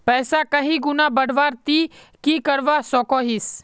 पैसा कहीं गुणा बढ़वार ती की करवा सकोहिस?